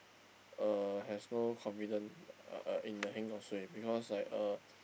uh has no confident uh uh in the heng or suay because like uh